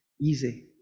easy